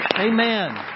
Amen